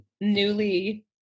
newly